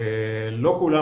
לא כולם,